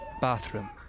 bathroom